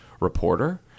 reporter